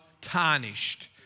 tarnished